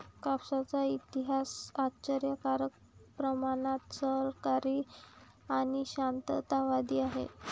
कापसाचा इतिहास आश्चर्यकारक प्रमाणात सहकारी आणि शांततावादी आहे